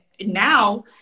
now